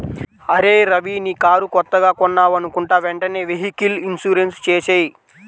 అరేయ్ రవీ నీ కారు కొత్తగా కొన్నావనుకుంటా వెంటనే వెహికల్ ఇన్సూరెన్సు చేసేయ్